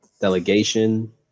delegation